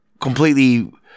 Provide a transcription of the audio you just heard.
completely